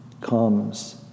comes